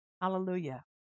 Hallelujah